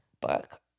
book